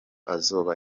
azoba